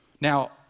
Now